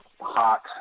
Hot